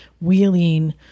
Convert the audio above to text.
wheeling